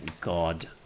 God